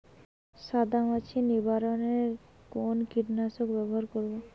সাদা মাছি নিবারণ এ কোন কীটনাশক ব্যবহার করব?